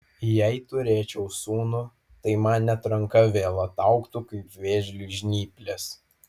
jei turėčiau sūnų tai man net ranka vėl ataugtų kaip vėžliui žnyplės